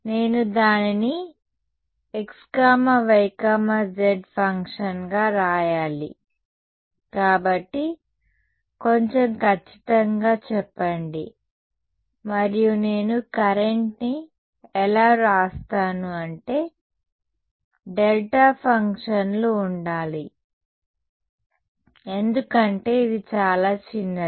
నేను దానిని xyz ఫంక్షన్గా వ్రాయాలి కాబట్టి కొంచెం ఖచ్చితంగా చెప్పండి మరియు నేను కరెంట్ని ఎలా వ్రాస్తాను అంటే డెల్టా ఫంక్షన్లు ఉండాలి ఎందుకంటే ఇది చాలా చిన్నది